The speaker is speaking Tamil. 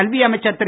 கல்வி அமைச்சர் திரு